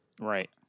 right